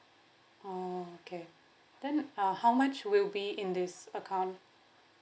oh okay then uh how much will be in this account